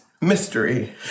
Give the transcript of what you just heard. mystery